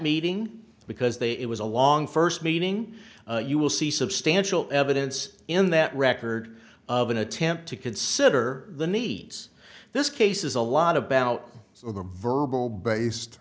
meeting because they it was a long first meeting you will see substantial evidence in that record of an attempt to consider the needs this case is a lot about on the verbal based